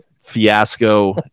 fiasco